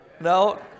No